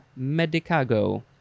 medicago